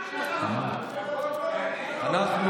מי מאמין לך בכלל.